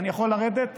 אני יכול לרדת?